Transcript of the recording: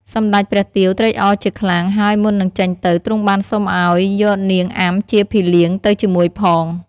សម្តេចព្រះទាវត្រេកអរជាខ្លាំង ហើយមុននឹងចេញទៅ ទ្រង់បានសុំឲ្យយកនាងអាំជាភីលៀងទៅជាមួយផង។